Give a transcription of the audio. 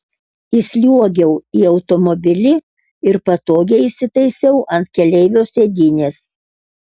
įsliuogiau į automobilį ir patogiai įsitaisiau ant keleivio sėdynės